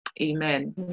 amen